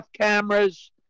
cameras